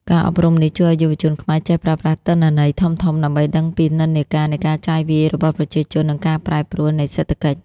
ការអប់រំនេះជួយឱ្យយុវជនខ្មែរចេះប្រើប្រាស់ "ទិន្នន័យធំៗ" ដើម្បីដឹងពីនិន្នាការនៃការចាយវាយរបស់ប្រជាជន និងការប្រែប្រួលនៃសេដ្ឋកិច្ច។